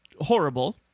horrible